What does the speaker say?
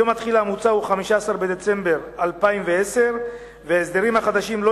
יום התחילה המוצע הוא 15 בדצמבר 2010. ההסדרים החדשים לא